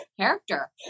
character